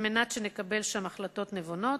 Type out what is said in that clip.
על מנת שנקבל שם החלטות נבונות.